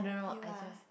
you are